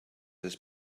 his